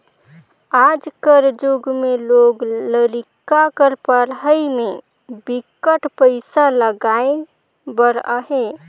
आज कर जुग में लोग लरिका कर पढ़ई में बिकट पइसा लगाए बर अहे